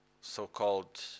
so-called